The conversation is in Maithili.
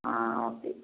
आहाँ ऑफिस